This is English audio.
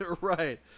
Right